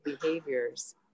behaviors